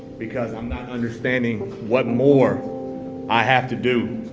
because i'm not understanding what more i have to do